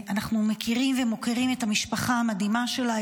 אנחנו מכירים ומוקירים את המשפחה המדהימה שלה,